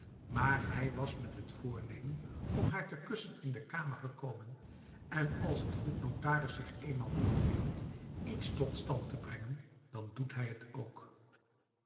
maar hij was met het voornemen om haar te kussen in de kamer gekomen en als een goed notaris zich eenmaal voorneemt iets tot stand te brengen dan doet hij het ook